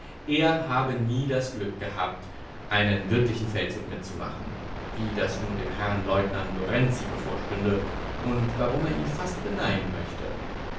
er habe nie das glück gehabt einen wirklichen feldzug mitzumachen wie das nun dem herrn leutnant lorenzi bevorstünde und worum er ihn fast beneiden möchte